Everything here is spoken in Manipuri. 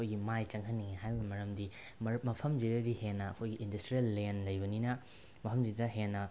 ꯑꯩꯈꯣꯏ ꯃꯥꯏ ꯆꯪꯍꯟꯅꯤꯡꯉꯤ ꯍꯥꯏꯕꯒꯤ ꯃꯔꯝꯗꯤ ꯃꯐꯝꯁꯤꯗꯗꯤ ꯍꯦꯟꯅ ꯑꯩꯈꯣꯏꯒꯤ ꯏꯟꯗꯁꯇ꯭ꯔꯤꯌꯦꯜ ꯂꯦꯟ ꯂꯩꯕꯅꯤꯅ ꯃꯐꯝꯁꯤꯗ ꯍꯦꯟꯅ